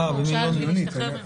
על המלונית.